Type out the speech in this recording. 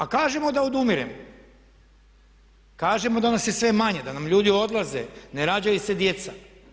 A kažemo da odumiremo, kažemo da nas je sve manje, da nam ljudi odlaze, ne rađaju se djeca.